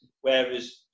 whereas